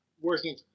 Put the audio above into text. working